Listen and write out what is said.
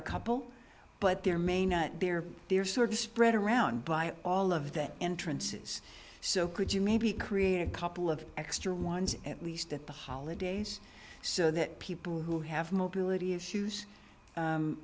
couple but there may not be or they're sort of spread around by all of that entrances so could you maybe create a couple of extra ones at least at the holidays so that people who have mobility